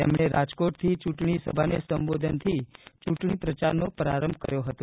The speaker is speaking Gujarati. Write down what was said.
તેમણે રાજકોટથી ચૂંટણી સભાને સંબોધનથી ચૂંટણી પ્રચારનો પ્રારંભ કર્યો હતો